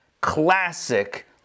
classic